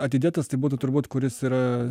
atidėtas tai būtų turbūt kuris yra